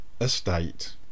estate